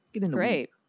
Great